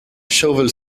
shovel